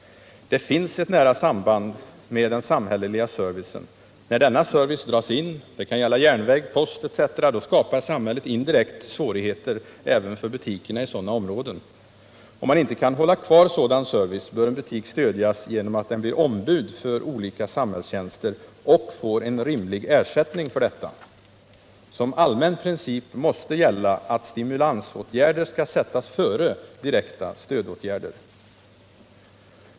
Det finns ett nära samband med den samhälleliga servicen. När denna service dras in — det kan gälla järnväg, post etc. — skapar samhället indirekt svårigheter för butikerna i sådana områden. Om man inte kan hålla kvar sådan service, bör en butik stödjas genom att den blir ombud för olika samhällstjänster och får en rimlig ersättning för detta. Som allmän princip måste gälla att stimulansåtgärder skall sättas före direkta stödåtgärder.